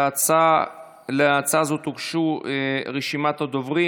להצעה הזו הוגשה רשימת דוברים.